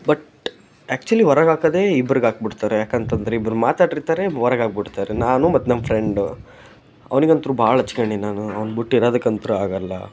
but actually ಹೊರಗಾಕದೇ ಇಬ್ರಿಗೆ ಹಾಕ್ಬಿಡ್ತಾರೆ ಯಾಕಂತಂದರೆ ಇಬ್ಬರು ಮಾತಾಡಿರ್ತಾರೆ ಹೊರಗಾಕ್ ಬಿಡ್ತಾರೆ ನಾನು ಮತ್ತು ನಮ್ಮ ಫ್ರೆಂಡು ಅವನಿಗಂತ್ರೂ ಭಾಳ ಹಚ್ಕಂಡೀನಿ ನಾನು ಅವನ ಬಿಟ್ಟು ಇರೋದಿಕ್ರಂತೂ ಆಗಲ್ಲ